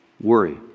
worry